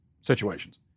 situations